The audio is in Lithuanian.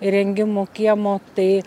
įrengimų kiemo tai